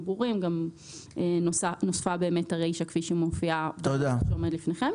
ברורים נוסחה הרישה כפי היא מופיעה בסעיף שעומד לפניכם.